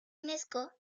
unesco